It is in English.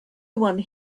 one